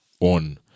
on